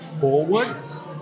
forwards